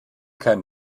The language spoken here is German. kein